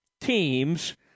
teams